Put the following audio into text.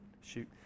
shoot